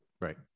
right